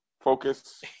focus